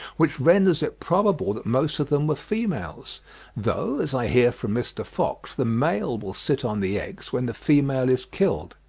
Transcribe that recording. which renders it probable that most of them were females though, as i hear from mr. fox, the male will sit on the eggs when the female is killed.